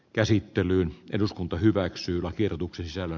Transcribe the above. käsittelyyn eduskunta hyväksyi lakiehdotuksen sisällä